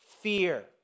fear